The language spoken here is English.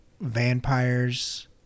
vampires